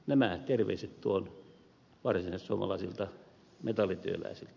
nämä terveiset tuon varsinaissuomalaisilta metallityöläisiltä